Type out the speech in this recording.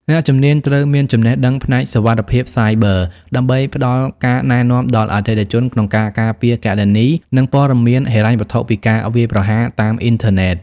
អ្នកជំនាញត្រូវមានចំណេះដឹងផ្នែកសុវត្ថិភាពសាយប័រ ដើម្បីផ្ដល់ការណែនាំដល់អតិថិជនក្នុងការការពារគណនី និងព័ត៌មានហិរញ្ញវត្ថុពីការវាយប្រហារតាមអ៊ីនធឺណិត។